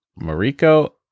Mariko